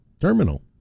terminal